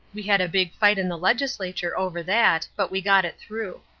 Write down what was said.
we had a big fight in the legislature over that, but we got it through.